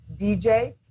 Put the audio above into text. DJ